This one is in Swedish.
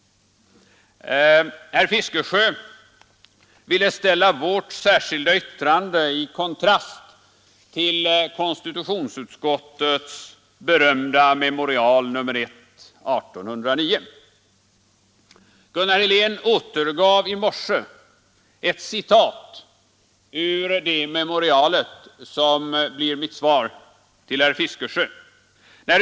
Herr Fiskesjö ville ställa vårt särskilda yttrande i kontrast till konstitutionsutskottets berömda memorial nr 1 år 1809. Gunnar Helén återgav i morse ett citat ur det memorialet, och det får bli också mitt svar till herr Fiskesjö.